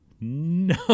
No